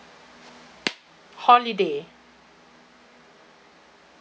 holiday